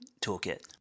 toolkit